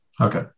Okay